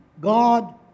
God